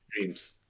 dreams